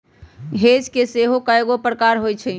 hedge के सेहो कएगो प्रकार होइ छै